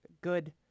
good